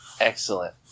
Excellent